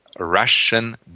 Russian